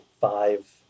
five